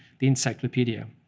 the encyclopedie. ah